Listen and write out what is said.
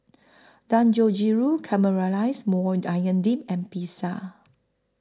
Dangojiru Caramelized Maui Onion Dip and Pizza